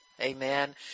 amen